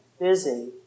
busy